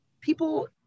people